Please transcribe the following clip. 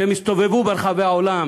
שהם הסתובבו ברחבי העולם